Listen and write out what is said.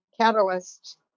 catalyst